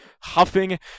huffing